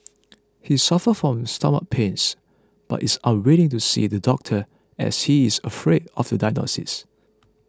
he suffer from stomach pains but is unwilling to see the doctor as he is afraid of the diagnosis